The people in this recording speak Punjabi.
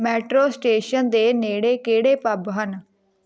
ਮੈਟਰੋ ਸਟੇਸ਼ਨ ਦੇ ਨੇੜੇ ਕਿਹੜੇ ਪੱਬ ਹਨ